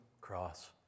cross